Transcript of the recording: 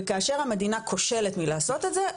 וכאשר המדינה כושלת מלעשות את זה,